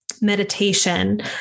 meditation